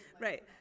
Right